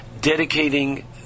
dedicating